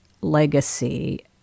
legacy